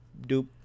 Doop